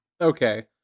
okay